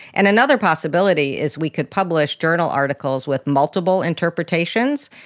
and another possibility is we could publish journal articles with multiple interpretations.